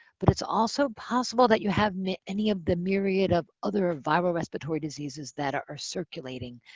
but it's also possible that you have any of the myriad of other viral respiratory diseases that are circulating.